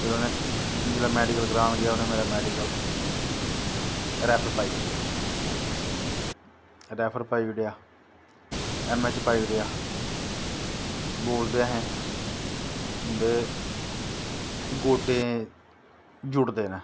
फिर उनैं जिसलै मैडिकल करान गेई उनैं मैडिकल रैफर पाई ओड़ेआ रैफर पाई ओड़ेआ ऐम ऐच पाई ओड़ेआ बोलदे अहैं तुंदे गोडैं जुड़दे न